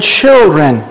children